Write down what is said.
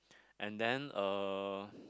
and then uh